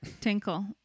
tinkle